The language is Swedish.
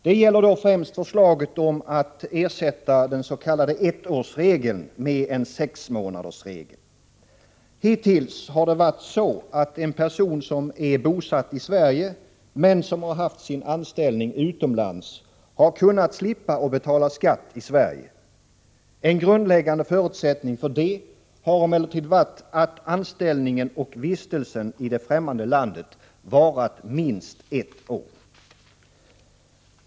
Det gäller då främst förslaget om att ersätta den s.k. ettårsregeln med en sexmånadersregel. Hittills har det varit så att en person som är bosatt i Sverige men haft sin anställning utomlands kunnat slippa att betala skatt i Sverige. En grundläggande förutsättning för detta har emellertid varit att anställningen och vistelsen i det ffrämmande landet varat minst ett år.